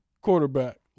Quarterback